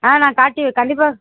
ஆ நான் காட்டி கண்டிப்பாக